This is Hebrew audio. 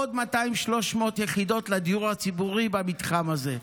עוד 200 300 יחידות לדיור הציבורי במתחם הזה?